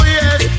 yes